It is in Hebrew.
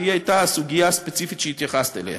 שהיא הייתה הסוגיה הספציפית שהתייחסת אליה,